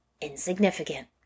insignificant